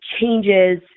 changes